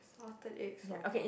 salted egg sotong